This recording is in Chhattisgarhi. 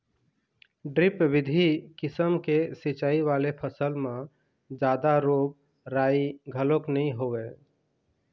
ड्रिप बिधि किसम के सिंचई वाले फसल म जादा रोग राई घलोक नइ होवय